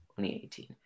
2018